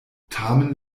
tamen